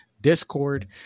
Discord